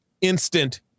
instant